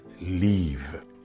leave